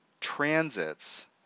transits